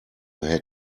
had